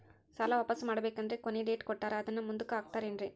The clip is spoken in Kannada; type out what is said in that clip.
ಸಾಲ ವಾಪಾಸ್ಸು ಮಾಡಬೇಕಂದರೆ ಕೊನಿ ಡೇಟ್ ಕೊಟ್ಟಾರ ಅದನ್ನು ಮುಂದುಕ್ಕ ಹಾಕುತ್ತಾರೇನ್ರಿ?